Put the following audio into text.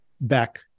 back